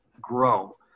grow